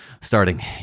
starting